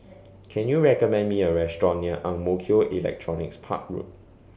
Can YOU recommend Me A Restaurant near Ang Mo Kio Electronics Park Road